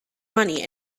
money